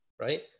right